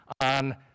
on